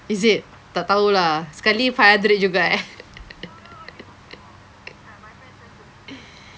is it tak tahu lah sekali five hundred juga eh